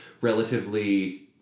relatively